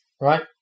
right